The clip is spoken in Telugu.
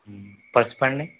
పసుపండి